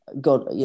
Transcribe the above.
God